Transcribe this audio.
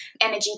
energy